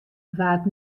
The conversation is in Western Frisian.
waard